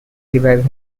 revive